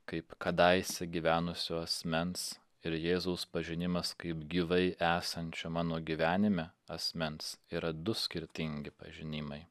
kaip kadaise gyvenusio asmens ir jėzaus pažinimas kaip gyvai esančio mano gyvenime asmens yra du skirtingi pažinimai